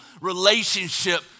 relationship